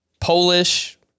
Polish